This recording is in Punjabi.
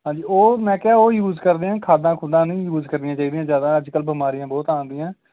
ਹਾਂਜੀ ਉਹ ਮੈਂ ਕਿਹਾ ਉਹ ਯੂਜ਼ ਕਰਦੇ ਆ ਖਾਦਾਂ ਖੁਦਾ ਨਹੀਂ ਯੂਜ਼ ਕਰਨੀਆਂ ਚਾਹੀਦੀਆਂ ਜ਼ਿਆਦਾ ਅੱਜ ਕੱਲ੍ਹ ਬਿਮਾਰੀਆਂ ਬਹੁਤ ਆਉਣ ਦੀਆਂ